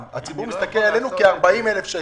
הציבור מסתכל כאילו אנחנו מרוויחים 40,000 שקלים.